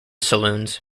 saloons